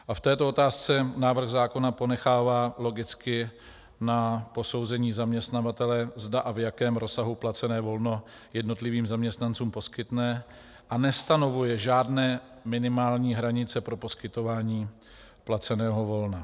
V této otázce návrh zákona ponechává logicky na posouzení zaměstnavatele, zda a v jakém rozsahu placené volno jednotlivým zaměstnancům poskytne, a nestanovuje žádné minimální hranice pro poskytování placeného volna.